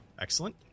Excellent